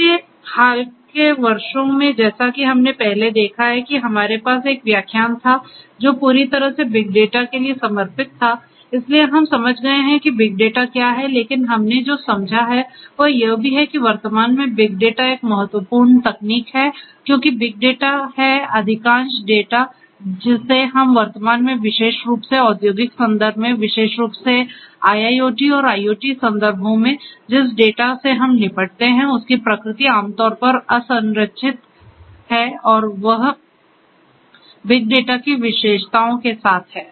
इसलिए हाल के वर्षों में जैसा कि हमने पहले देखा है कि हमारे पास एक व्याख्यान था जो पूरी तरह से बिग डेटा के लिए समर्पित था इसलिए हम समझ गए हैं कि बिग डेटा क्या है लेकिन हमने जो समझा है वह यह भी है कि वर्तमान में बिग डेटा एक महत्वपूर्ण तकनीक है क्योंकि बिग डेटा है अधिकांश डेटा जिसे हम वर्तमान में विशेष रूप से औद्योगिक संदर्भ में विशेष रूप से IIoT और IoT संदर्भों में जिस डेटा से हम निपटते हैं उसकी प्रकृति आमतौर पर असंरचित है और वाह बिग डेटा की विशेषताओं के साथ है